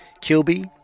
kilby